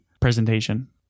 presentation